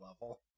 level